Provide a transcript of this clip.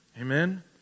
Amen